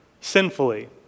sinfully